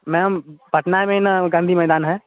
ma'am Patna में ना गाँधी मैदान है